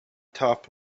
top